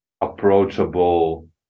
approachable